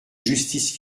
justice